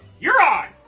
you're on!